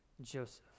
Joseph